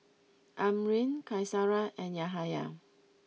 Amrin Qaisara and Yahaya